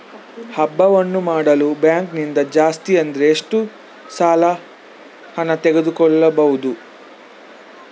ಹಬ್ಬವನ್ನು ಮಾಡಲು ಬ್ಯಾಂಕ್ ನಿಂದ ಜಾಸ್ತಿ ಅಂದ್ರೆ ಎಷ್ಟು ಸಾಲ ಹಣ ತೆಗೆದುಕೊಳ್ಳಬಹುದು?